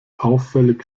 auffällig